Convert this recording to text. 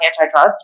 antitrust